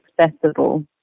accessible